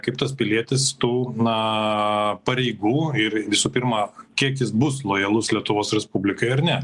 kaip tas pilietis tų na pareigų ir visų pirma kiek jis bus lojalus lietuvos respublikai ar ne